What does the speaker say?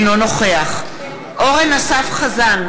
אינו נוכח אורן אסף חזן,